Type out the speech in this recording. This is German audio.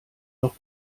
noch